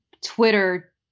Twitter